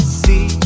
see